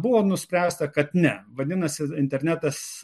buvo nuspręsta kad ne vadinasi internetas